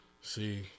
See